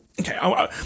okay